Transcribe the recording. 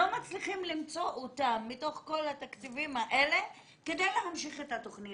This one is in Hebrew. לא מצליחים למצוא אותם מתוך כל התקציבים האלה כדי להמשיך את התוכנית.